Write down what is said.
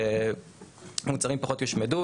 מוצרים פחות יושמדו,